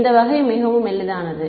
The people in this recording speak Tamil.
இந்த வகை மிகவும் எளிதானது